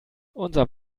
unser